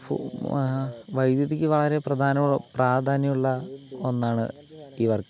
ഫു വൈദ്യുതിക്ക് വളരെ പ്രധാനമുള്ള പ്രാധാന്യമുള്ള ഒന്നാണ് ഈ വർക്ക്